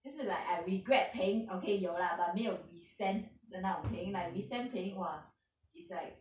就是 like I regret paying okay 有 lah but 没有 resent 的那种 paying lah resent paying !wah! is like